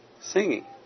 singing